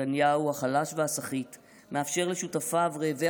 נתניהו החלש והסחיט מאפשר לשותפיו רעבי